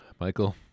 Michael